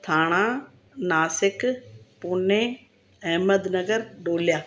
Thane Nashik Pune Ahmednagar Ballia